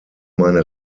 meine